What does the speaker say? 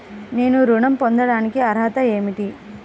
నేను ఋణం పొందటానికి అర్హత ఏమిటి?